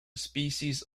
species